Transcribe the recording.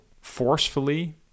forcefully